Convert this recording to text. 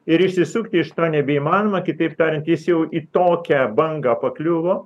ir išsisukti iš to nebeįmanoma kitaip tariant jis jau į tokią bangą pakliuvo